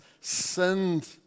sinned